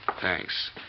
Thanks